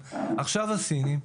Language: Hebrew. קוריאניים; עכשיו זה סיניים.